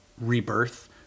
rebirth